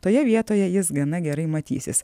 toje vietoje jis gana gerai matysis